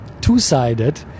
two-sided